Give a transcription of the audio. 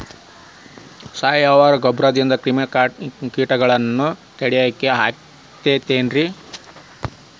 ಸಾವಯವ ಗೊಬ್ಬರದಿಂದ ಕ್ರಿಮಿಕೇಟಗೊಳ್ನ ತಡಿಯಾಕ ಆಕ್ಕೆತಿ ರೇ?